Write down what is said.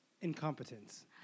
Incompetence